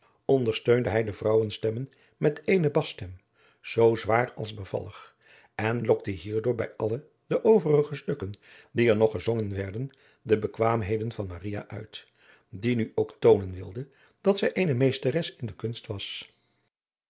ondersteunde hij de vrouwenstemmen met eene bastem zoo zwaar als bevallig en lokte hierdoor bij alle de overige stukken die er nog gezongen werden de bekwaamheden van maria uit die nu ook toonen wilde dat zij eene meesteres in de kunst was